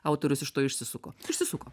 autorius iš to išsisuko išsisuko